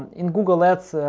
in google ads,